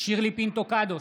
שירלי פינטו קדוש,